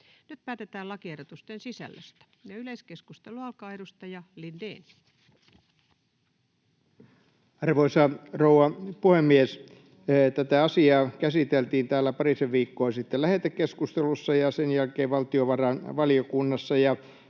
Nyt päätetään lakiehdotusten sisällöstä. — Yleiskeskustelu alkaa. Edustaja Lindén. Arvoisa rouva puhemies! Tätä asiaa käsiteltiin täällä parisen viikkoa sitten lähetekeskustelussa ja sen jälkeen valtiovarainvaliokunnassa.